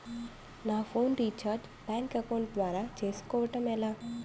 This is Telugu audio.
నా ఫోన్ రీఛార్జ్ బ్యాంక్ అకౌంట్ ద్వారా చేసుకోవటం ఎలా?